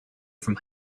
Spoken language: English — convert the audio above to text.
from